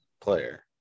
player